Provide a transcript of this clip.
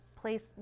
place